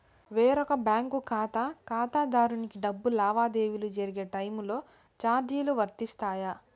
వేరొక బ్యాంకు ఖాతా ఖాతాదారునికి డబ్బు లావాదేవీలు జరిగే టైములో చార్జీలు వర్తిస్తాయా?